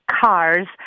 cars